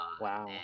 Wow